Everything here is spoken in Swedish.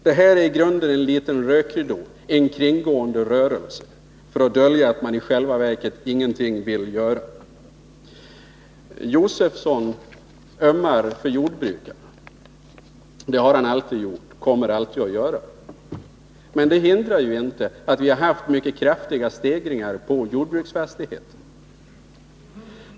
Det här förslaget är i grunden en liten rökridå eller en kringgående rörelse för att dölja att man i själva verket ingenting vill göra. Stig Josefson ömmar för jordbrukarna. Det har han alltid gjort och kommer alltid att göra. Men det hindrar ju inte att det varit mycket kraftiga prisstegringar på jordbruksfastigheter.